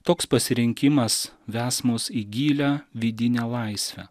toks pasirinkimas ves mus į gilią vidinę laisvę